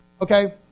okay